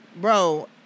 Bro